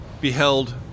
beheld